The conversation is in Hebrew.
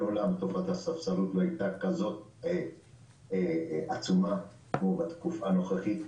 מעולם תופעת הספסרות לא הייתה כזו עצומה כמו שתקופה הנוכחית.